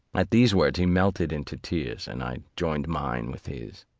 at these words, he melted into tears, and i joined mine with his.